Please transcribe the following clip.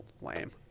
Lame